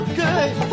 good